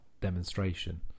demonstration